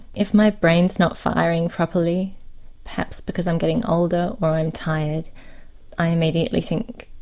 if my brain is not firing properly perhaps because i'm getting older or i'm tired i immediately think